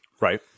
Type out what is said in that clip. Right